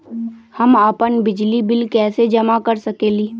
हम अपन बिजली बिल कैसे जमा कर सकेली?